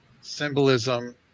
symbolism